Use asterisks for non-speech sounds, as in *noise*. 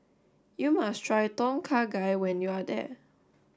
you must try Tom Kha Gai when you are *unintelligible*